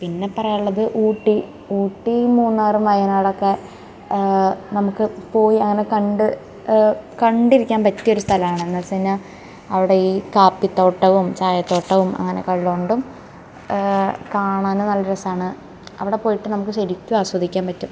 പിന്നെ പറയാനുള്ളത് ഊട്ടി ഊട്ടീ മൂന്നാറും വയനാടക്കെ നമുക്ക് പോയി അങ്ങനെ കണ്ട് കണ്ടിരിക്കാൻ പറ്റിയൊരു സ്ഥലമാണ് എന്ന് വെച്ച് കഴിഞ്ഞാൽ അവിടെ ഈ കാപ്പിത്തോട്ടവും ചായത്തോട്ടവും അങ്ങനെയൊക്കെ ഉള്ളകൊണ്ട് കാണാൻ നല്ല രസമാണ് അവിടെപ്പോയിട്ട് നമുക്ക് ശരിക്കും ആസ്വദിക്കാമ്പറ്റും